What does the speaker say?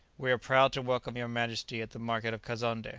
we are proud to welcome your majesty at the market of kazonnde,